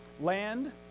land